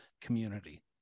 community